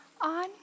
on